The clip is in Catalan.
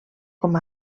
com